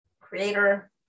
creator